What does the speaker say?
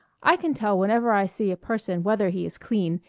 i can tell whenever i see a person whether he is clean,